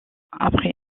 après